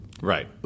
right